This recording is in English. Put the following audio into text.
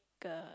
a